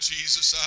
Jesus